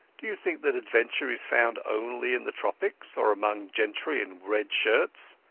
dayou think that adventure is found only in the tropics or among gentry in red shirts?